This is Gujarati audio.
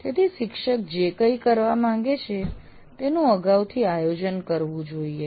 તેથી શિક્ષક જે કંઈ કરવા માંગે છે તેનું અગાઉથી આયોજન કરવું જોઈએ